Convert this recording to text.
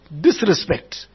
disrespect